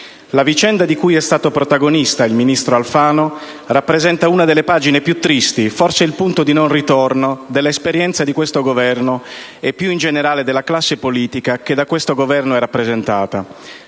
la vicenda di cui è stato protagonista il ministro Alfano rappresenta una delle pagine più tristi - forse il punto di non ritorno - della esperienza dell'attuale Governo e, più in generale, della classe politica che da questo Governo è rappresentata.